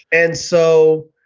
and so